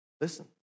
Listen